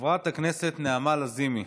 חברת הכנסת נעמה לזימי,